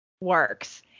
works